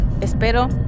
espero